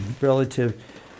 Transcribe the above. relative